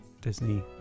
Disney